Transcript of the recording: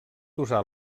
usar